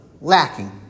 Lacking